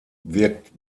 wirkt